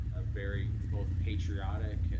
a very both patriotic.